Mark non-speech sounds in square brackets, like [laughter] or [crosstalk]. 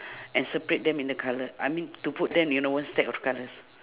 [breath] and separate them in the colour I mean to put them you know one stack of colours